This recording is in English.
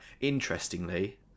Interestingly